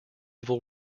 evil